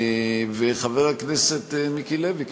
חבר הכנסת מיקי לוי,